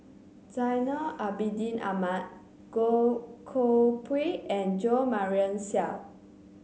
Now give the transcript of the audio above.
Zainal Abidin Ahmad Goh Koh Pui and Jo Marion Seow